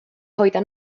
hoida